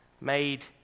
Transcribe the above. made